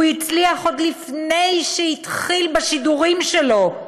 הוא הצליח עוד לפני שהתחיל בשידורים שלו,